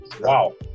Wow